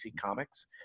Comics